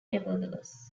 nevertheless